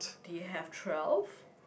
do you have twelve